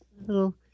little